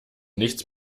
nichts